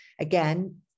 again